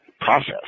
process